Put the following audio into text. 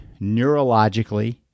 neurologically